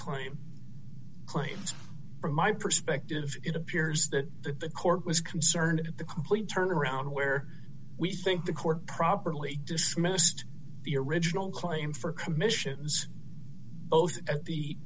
claim claims from my perspective it appears that the court was concerned the complete turnaround where we think the court properly dismissed the original claim for commissions both